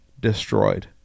destroyed